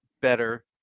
better